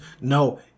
No